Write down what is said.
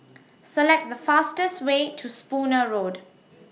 Select The fastest Way to Spooner Road